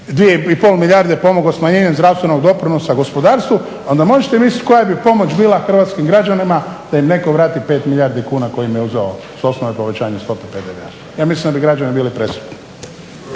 2,5 milijarde pomogao smanjenjem zdravstvenog doprinosa gospodarstvu pa onda možete misliti koja bi pomoć bila hrvatskim građanima da im netko vrati 5 milijardi kuna koje im je uzeo s osnove povećanja stope PDV-a. Ja mislim da bi građani bili presretni.